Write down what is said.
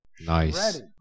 Nice